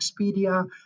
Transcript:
Expedia